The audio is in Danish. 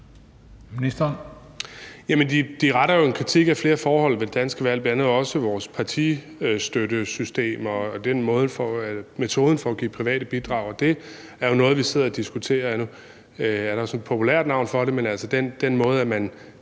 de retter jo en kritik mod flere forhold ved det danske valg, bl.a. også vores partistøttesystem og metoden for at give private bidrag. Og det er jo noget, vi sidder og diskuterer nu. Der er jo sådan et populært navn for det, men altså, den måde, hvorpå